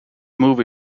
movie